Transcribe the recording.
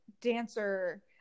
dancer